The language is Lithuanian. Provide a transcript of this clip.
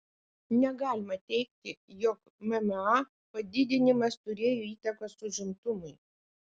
negalima teigti jog mma padidinimas turėjo įtakos užimtumui